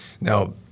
Now